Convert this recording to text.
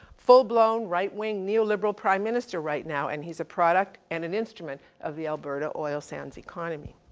full blown right wing neo-liberal prime minister right now. and he's a product and an instrument of the alberta oil sands economy.